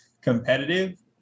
competitive